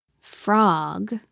Frog